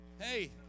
Hey